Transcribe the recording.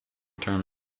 term